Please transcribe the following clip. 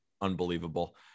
Unbelievable